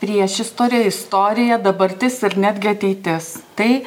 priešistorė istorija dabartis ir netgi ateitis tai